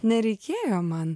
nereikėjo man